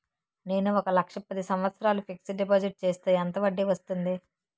నేను ఒక లక్ష పది సంవత్సారాలు ఫిక్సడ్ డిపాజిట్ చేస్తే ఎంత వడ్డీ వస్తుంది?